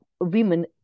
women